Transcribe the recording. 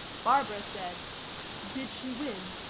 barbara said did she win?